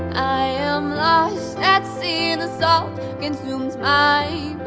i am lost at sea and the salt consumes my